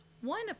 one